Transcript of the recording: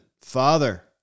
father